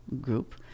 group